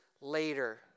later